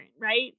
right